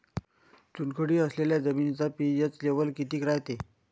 चुनखडी असलेल्या जमिनीचा पी.एच लेव्हल किती रायते?